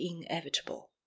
inevitable